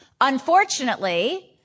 Unfortunately